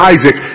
Isaac